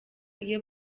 iyo